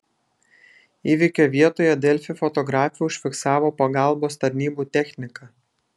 įvykio vietoje delfi fotografė užfiksavo pagalbos tarnybų techniką